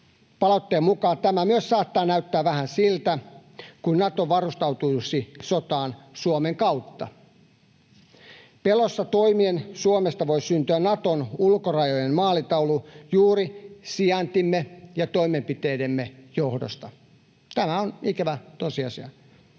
kansalaisille myös näyttää vähän siltä kuin Nato varustautuisi sotaan Suomen kautta. Pelossa toimien Suomesta voi syntyä Naton ulkorajojen maalitaulu juuri sijaintimme ja toimenpiteidemme johdosta. Tämä on ikävä tosiasia.